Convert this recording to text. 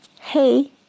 hey